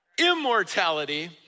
immortality